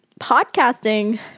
podcasting